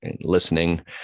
listening